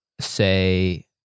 say